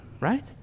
right